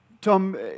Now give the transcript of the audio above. Tom